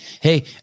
Hey